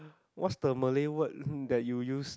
what's the Malay word that you use